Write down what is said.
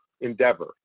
endeavor